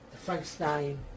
Frankenstein